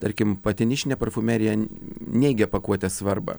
tarkim pati nišinė parfumerija neigia pakuotės svarbą